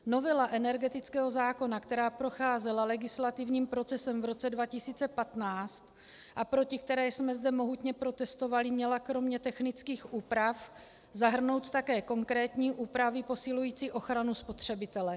Novela energetického zákona, která procházela legislativním procesem v roce 2015 a proti které jsme zde mohutně protestovali, měla kromě technických úprav zahrnout také konkrétní úpravy posilující ochranu spotřebitele.